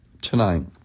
tonight